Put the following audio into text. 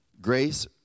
Grace